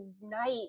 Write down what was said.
night